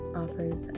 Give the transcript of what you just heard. offers